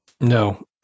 No